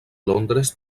londres